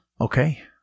Okay